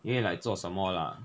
你会 like 做什么 lah